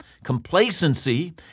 complacency